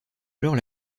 alors